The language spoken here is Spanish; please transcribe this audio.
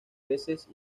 peces